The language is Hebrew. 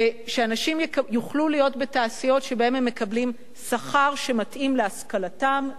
ושאנשים יוכלו להיות בתעשיות שבהן הם מקבלים שכר שמתאים להשכלתם,